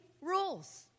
rules